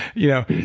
yeah,